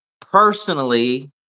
personally